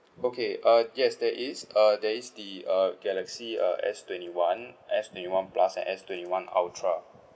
okay uh yes there is a there is the uh galaxy uh S twenty one S twenty one plus and S twenty one ultra